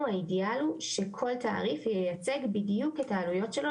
האידיאל הוא שכל תעריף ייצג בדיוק את העלויות שלו,